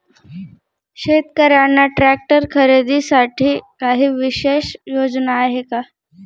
शेतकऱ्यांना ट्रॅक्टर खरीदीसाठी काही विशेष योजना आहे का?